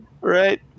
right